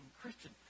Christian